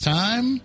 time